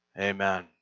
Amen